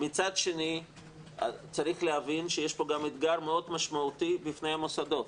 מצד שני צריך להבין שיש פה גם אתגר מאוד משמעותי בפני המוסדות.